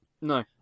No